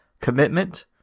Commitment